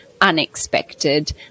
unexpected